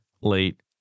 late